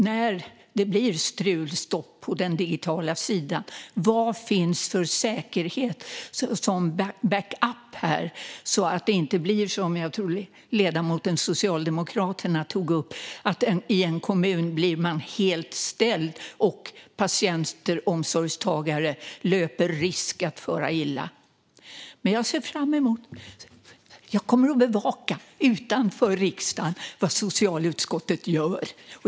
När det blir strul och stopp på den digitala sidan, vad finns det då för säkerhet och backup så att det inte blir som, tror jag, ledamoten från Socialdemokraterna tog upp att man i en kommun blir helt ställd och patienter, omsorgstagare, löper risk att fara illa? Jag ser fram emot detta och kommer att bevaka utanför riksdagen vad socialutskottet gör.